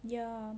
ya